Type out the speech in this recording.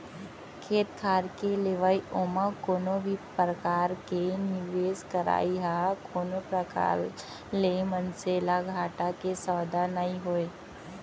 खेत खार के लेवई ओमा कोनो भी परकार के निवेस करई ह कोनो प्रकार ले मनसे ल घाटा के सौदा नइ होय